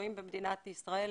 ושוהים במדינת ישראל